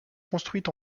construit